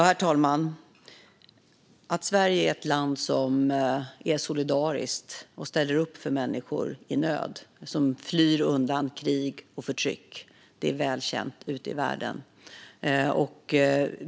Herr talman! Att Sverige är ett land som är solidariskt och ställer upp för människor i nöd som flyr undan krig och förtryck är väl känt ute i världen.